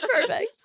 Perfect